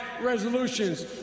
resolutions